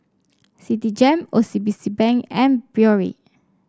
Citigem O C B C Bank and Biore